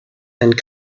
and